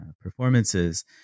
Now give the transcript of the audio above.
Performances